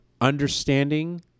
understanding